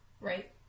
right